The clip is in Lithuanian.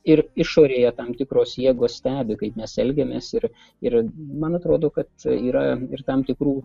ir išorėje tam tikros jėgos stebi kaip mes elgiamės ir ir man atrodo kad yra ir tam tikrų